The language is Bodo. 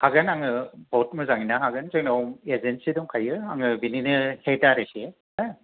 हागोन आङो बहथ मोजाङैनो हागोन जोंनाव एजेनसि दंखायो आङो बिनिनो हेद आरखि हो